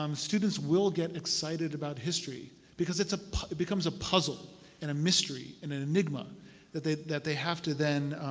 um students will get excited about history because ah it becomes a puzzle and a mystery and an enigma that they that they have to then